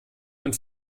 und